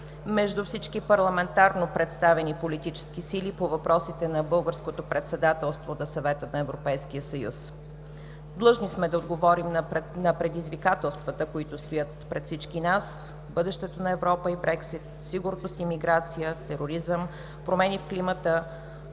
между всички парламентарно представени политически сили по въпросите на българското председателство на Съвета на Европейския съюз. Длъжни сме да отговорим на предизвикателствата, които стоят пред всички нас – бъдещето на Европа и Брекзит, сигурност и миграция, тероризъм, промени в климата,